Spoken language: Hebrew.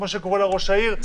כמו שקורא לה "ראש העיר",